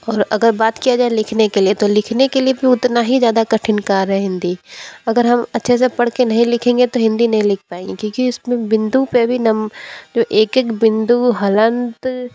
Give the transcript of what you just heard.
अगर बात किया जाए लिखने के लिए तो लिखने के लिए भी उतना ही ज़्यादा कठिन कार्य हिंदी अगर हम अच्छे से पढ़ के नहीं लिखेंगे तो हिंदी नहीं लिख पाएंगे क्योंकि इसमें बिंदु पर भी नंब एक एक बिंदु हलंत